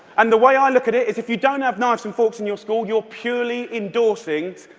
and the way i look at it is if you don't have knives and forks in your school, you're purely endorsing,